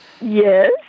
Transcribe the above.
Yes